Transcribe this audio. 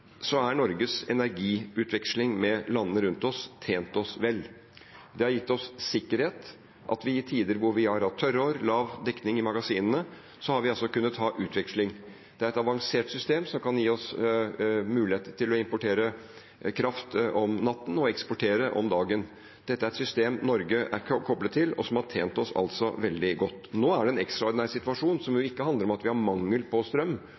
Norges energiutveksling med landene rundt oss har tjent oss vel. Det har gitt oss sikkerhet – at vi i tider hvor vi har hatt tørre år og lav dekning i magasinene, har kunnet ha utveksling. Det er et avansert system som kan gi oss muligheter til å importere kraft om natten og eksportere om dagen. Dette er et system Norge er koblet til, og som har tjent oss veldig godt. Nå er det en ekstraordinær situasjon som jo ikke handler om at vi har mangel på strøm,